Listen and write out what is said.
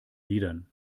liedern